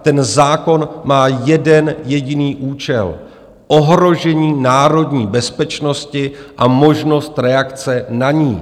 Ten zákon má jeden jediný účel ohrožení národní bezpečnosti a možnost reakce na ni.